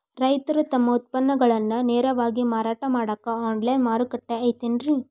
ರೈತರು ತಮ್ಮ ಉತ್ಪನ್ನಗಳನ್ನ ನೇರವಾಗಿ ಮಾರಾಟ ಮಾಡಾಕ ಆನ್ಲೈನ್ ಮಾರುಕಟ್ಟೆ ಐತೇನ್ರಿ?